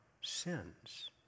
sins